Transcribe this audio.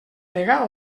degà